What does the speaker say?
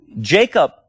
Jacob